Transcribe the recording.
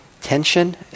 tension